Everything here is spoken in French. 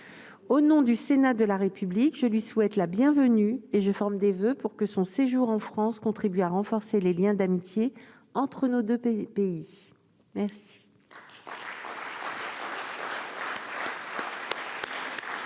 Au nom du Sénat de la République, je lui souhaite la bienvenue et je forme des voeux pour que son séjour en France contribue à renforcer les liens d'amitié entre nos deux pays. Nous